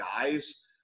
guys